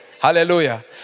Hallelujah